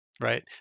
right